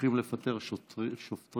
הולכים לפטר שוטרים.